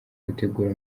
gutegura